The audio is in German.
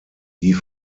die